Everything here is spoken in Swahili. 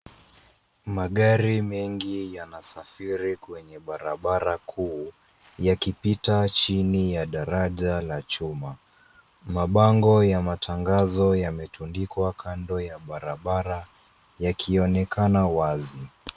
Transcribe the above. Magari mengi yanasafiri kwenye barabara kuu yakipita chini ya daraja ya chuma. Mabango ya matangazo vimetundikwa chini ya machuma yakionekana wazi.